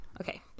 okay